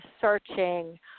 searching